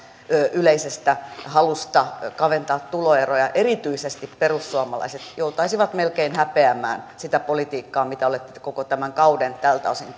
yleisestä halusta kaventaa tuloeroja erityisesti perussuomalaiset joutaisivat melkein häpeämään sitä politiikkaa mitä olette koko tämän kauden tältä osin